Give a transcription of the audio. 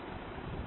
కాబట్టి 0